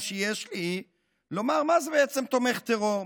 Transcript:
שיש לי לומר מה זה בעצם תומך טרור,